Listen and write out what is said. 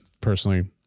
personally